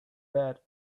bad